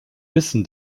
wissen